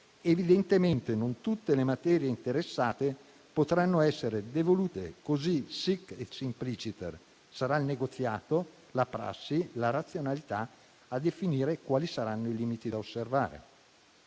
Evidentemente, non tutte le materie interessate potranno essere devolute così, *sic e simpliciter*: saranno il negoziato, la prassi e la razionalità a definire i limiti da osservare.